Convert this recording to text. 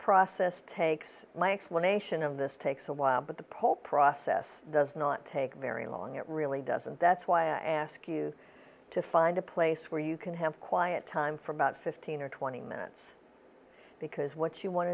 process takes one nation of this takes a while but the whole process does not take very long it really does and that's why i ask you to find a place where you can have quiet time for about fifteen or twenty minutes because what you want